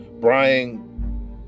Brian